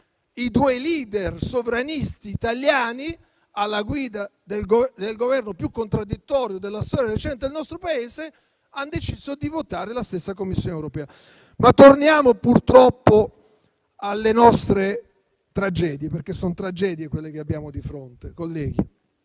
i due *leader* sovranisti italiani, alla guida del Governo più contraddittorio della storia recente del nostro Paese, hanno deciso di votare la stessa Commissione europea. Torniamo purtroppo alle nostre tragedie, perché sono tragedie quelle che abbiamo di fronte, colleghi.